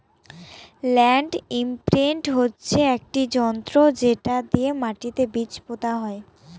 land imprint হচ্ছে একটি যন্ত্র যেটা দিয়ে মাটিতে বীজ পোতা হয়